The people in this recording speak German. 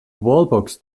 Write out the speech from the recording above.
wallbox